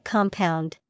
Compound